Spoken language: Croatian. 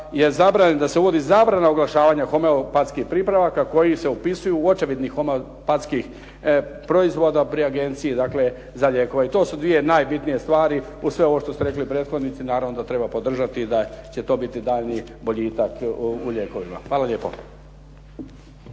da se uvodi zabrana oglašavanja homeopatskih pripravaka koji se upisuju u očevidnik homeopatskih proizvoda pri Agenciji dakle za lijekove i to su dvije najbitnije stvari Uz sve ovo što su rekli prethodnici, naravno da treba podržati i da će to biti daljnji boljitak u lijekovima. Hvala lijepo.